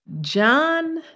John